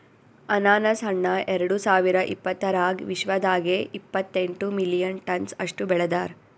ಅನಾನಸ್ ಹಣ್ಣ ಎರಡು ಸಾವಿರ ಇಪ್ಪತ್ತರಾಗ ವಿಶ್ವದಾಗೆ ಇಪ್ಪತ್ತೆಂಟು ಮಿಲಿಯನ್ ಟನ್ಸ್ ಅಷ್ಟು ಬೆಳದಾರ್